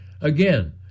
Again